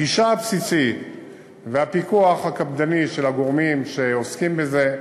הגישה הבסיסית והפיקוח הקפדני של הגורמים שעוסקים בזה,